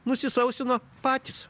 nusisausino patys